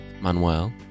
Manuel